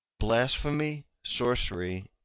blasphemy, sorcery,